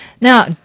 Now